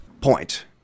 point